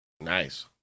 Nice